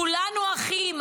כולנו אחים,